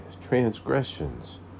transgressions